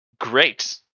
great